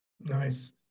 Nice